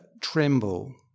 tremble